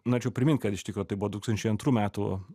norėčiau primint kad iš tikro tai buvo du tūkstančiai antrų metų